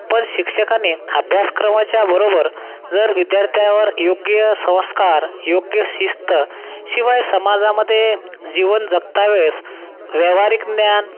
पण शिक्षकाने अभ्यासक्रमाच्या बरोबर जर विद्यार्थ्यावर योग्य संवस्कार योग्य शिस्त शिवाय समाजामध्ये जीवन जगतावेळेस व्यवहारिक ज्ञान